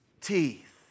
teeth